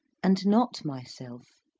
and not myself.